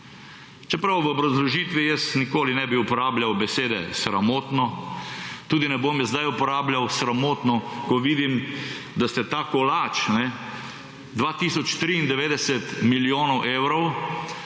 Čeprav v obrazložitvi jaz nikoli ne bi uporabljal besede sramotno, tudi ne bom zdaj uporabljal sramotno, ko vidim, da ste ta kolač 2 tisoč 93 milijonov evrov,